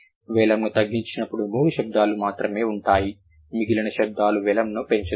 వెలమ్ను తగ్గించినప్పుడు మూడు శబ్దాలు మాత్రమే ఉంటాయి మిగిలిన శబ్దాలు వెలమ్ ను పెంచుతాయి